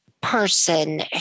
person